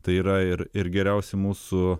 tai yra ir ir geriausi mūsų